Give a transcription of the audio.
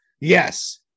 yes